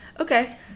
Okay